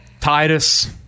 Titus